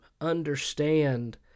understand